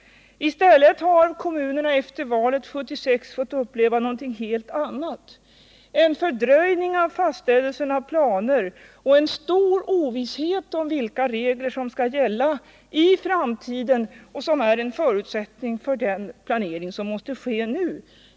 I stället har kommunerna efter valet 1976 fått uppleva något helt annat — en fördröjning av fastställelsen av planer och en stor ovisshet om vilka regler som skall gälla i framtiden och som är en förutsättning för den planering som måste ske nu.